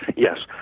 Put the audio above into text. yes,